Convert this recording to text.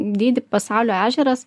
dydį pasaulio ežeras